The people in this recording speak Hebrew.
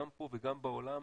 גם פה וגם בעולם,